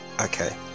Okay